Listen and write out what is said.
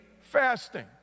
fasting